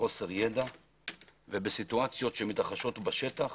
בחוסר ידע ובמצבים שמתרחשים בשטח